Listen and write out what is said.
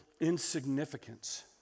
insignificance